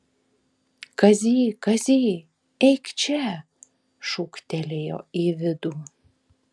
kazy kazy eik čia šūktelėjo į vidų